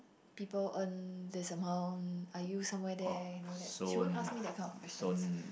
people earn this amount are you somewhere there you know that she won't ask me that kind of questions